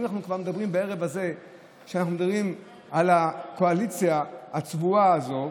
אם אנחנו כבר מדברים בערב הזה על הקואליציה הצבועה הזאת,